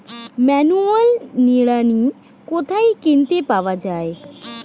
Manual নিড়ানি কোথায় কিনতে পাওয়া যায়?